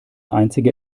einzige